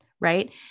right